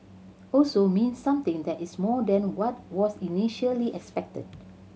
also means something that is more than what was initially expected